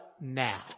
now